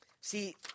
See